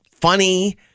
funny